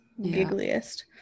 giggliest